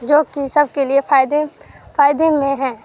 جو کہ سب کے لیے فائدے فائدے میں ہیں